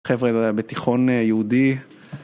חבר'ה, זה היה בתיכון יהודי.